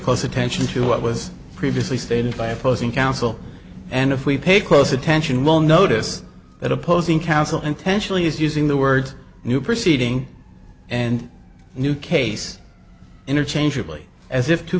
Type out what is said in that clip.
close attention to what was previously stated by opposing counsel and if we pay close attention will notice that opposing counsel intentionally is using the word new proceeding and new case interchangeably as if t